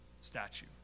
statue